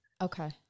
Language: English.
Okay